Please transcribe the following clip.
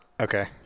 Okay